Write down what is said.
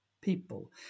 people